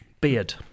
Beard